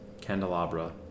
candelabra